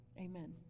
Amen